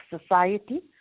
society